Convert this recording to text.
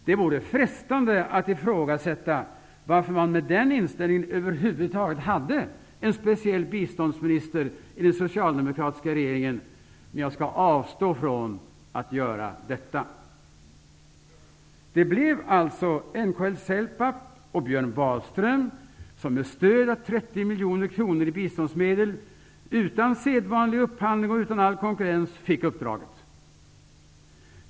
Det vore frestande att ifrågasätta varför man med den inställningen över huvud taget hade en speciell biståndsminister i den socialdemokratiska regeringen, men jag skall avstå från att göra det. Det blev alltså NLK-Celpap och Björn Wahlström som, med stöd av 30 miljoner kronor i biståndsmedel, utan sedvanlig upphandling och utan all konkurrens, fick uppdraget.